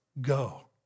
go